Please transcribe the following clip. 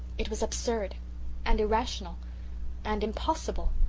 it was absurd and irrational and impossible.